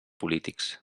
polítics